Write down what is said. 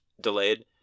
delayed